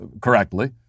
correctly